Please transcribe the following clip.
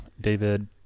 David